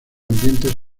ambiente